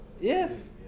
yes